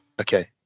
okay